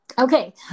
Okay